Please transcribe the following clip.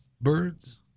birds